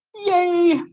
yay,